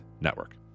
Network